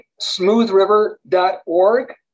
smoothriver.org